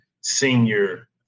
senior